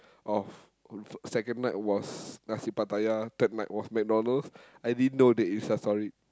of f~ second night was nasi-Pattaya third night was McDonald's I didn't know they Insta story